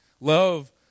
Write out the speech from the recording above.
Love